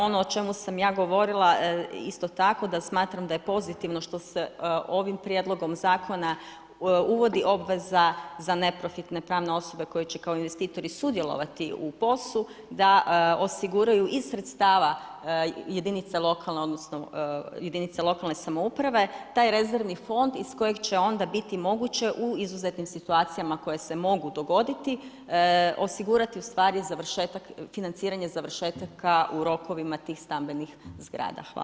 Ono o čemu sam ja govorila isto tako, da smatram da je pozitivno što se ovim Prijedlogom zakona uvodi obveza za neprofitne pravne osobe koje će kao investitori sudjelovati u POS-u, da osiguraju iz sredstava jedinica lokalne samouprave taj rezervni fond iz kojeg će onda biti moguće u izuzetnim situacijama koje se mogu dogoditi osigurati u stvari, završetak financiranja završetaka u rokovima tih stambenih zgrada.